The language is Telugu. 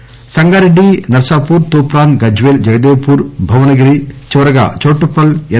ఆర్ సంగారెడ్డి నర్సాపూర్ తూప్రాన్ గజ్వేల్ జగదేవ్ పూర్ భువనగిరి చివరగా చౌటుప్పల్ ఎన్